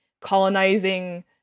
colonizing